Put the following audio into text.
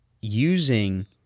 using